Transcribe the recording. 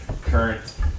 current